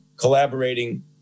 collaborating